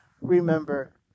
remember